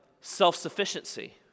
self-sufficiency